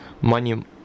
money